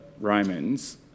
Romans